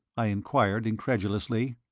i enquired, incredulously.